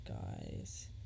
guys